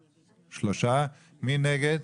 3. מי נגד?